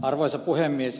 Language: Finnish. arvoisa puhemies